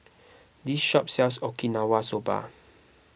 this shop sells Okinawa Soba